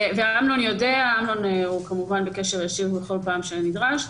ואמנון יודע, הוא כמובן בקשר ישיר בכל פעם שנדרש,